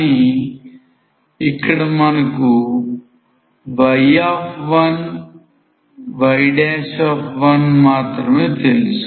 కానీ ఇక్కడ మనకు y1 y మాత్రమే తెలుసు